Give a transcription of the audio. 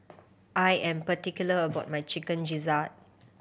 I am particular about my Chicken Gizzard